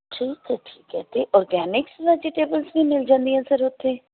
ਠੀਕ ਹੈ ਠੀਕ ਹੈ ਅਤੇ ਔਰਗੈਨਿਕਸ ਵੈਜੀਟੇਬਲਸ ਵੀ ਮਿਲ ਜਾਂਦੀਆਂ ਸਰ ਉੱਥੇ